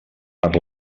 per